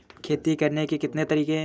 खेती करने के कितने तरीके हैं?